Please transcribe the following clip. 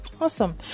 Awesome